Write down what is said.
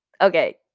Okay